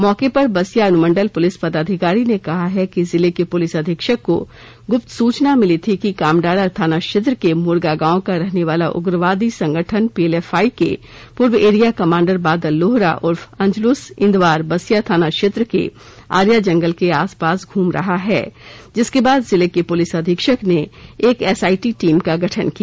मौके पर बसिया अनुमंडल पुलिस पदाधिकारी ने कहा है कि जिर्ले के पुलिस अधीक्षक को गुप्त सूचना मिली थी कि कामडारा थाना क्षेत्र के मुरगा गांव का रहने वाला उग्रवादी संगठन पीएलएफआई के पूर्व एरिया कमाण्डर बादल लोहरा उर्फ अंजलुस इंदवार बसिया थाना क्षेत्र के आर्या जंगल के आस पास घूम रहा है जिसके बाद जिले के पुलिस अधीक्षक ने एक एसआईटी टीम का गठन किया